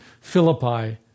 Philippi